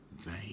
vain